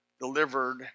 delivered